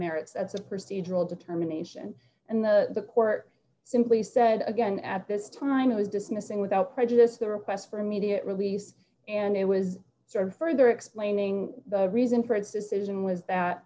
a procedural determination and the court simply said again at this time it was dismissing without prejudice the request for immediate release and it was sort of further explaining the reason for its decision was that